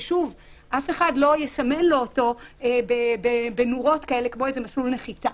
ששוב אף אחד לא יסמן לו אותו בנורות כמו איזה מסלול נחיתה.